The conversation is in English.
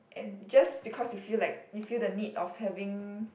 and just because you feel like you feel the need of having